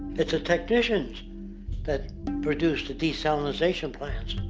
it's the technicians that produce the desalinization plants.